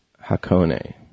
Hakone